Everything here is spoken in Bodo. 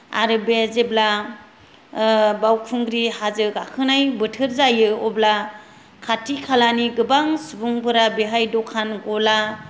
आरो बे जेब्ला बावखुंग्रि हाजो गाखोनाय बोथोर जायो अब्ला खाथि खालानि गोबां सुबुंफोरा बेहाय दखान गला